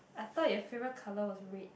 I thought your favorite color was red